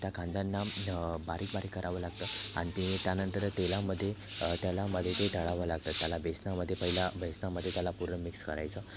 त्या कांद्यांना बारीक बारीक करावं लागतं आन ते त्यानंतर तेलामध्ये त्याला मध्ये ते तळावं लागतं त्याला बेसनामध्ये पहिला बेसनामध्ये त्याला पूर्ण मिक्स करायचं